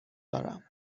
دارم